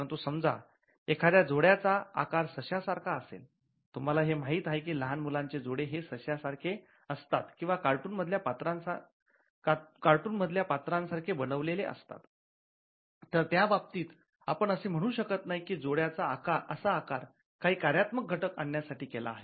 परंतु समजा एखाद्या जोड्या चा आकार सश्या सारखा असेल तुम्हाला हे माहीत आहे की लहान मुलांचे जोडे हे सश्या सारखे असतात किंवा कार्टून मधल्या पात्रांच्यसारखे बनवलेले असतात तर याबाबतीत आपण असे म्हणू शकत नाही की जोड्या चा असा आकार काही कार्यात्मक घटक आणण्यासाठी केला आहे